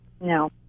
No